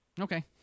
Okay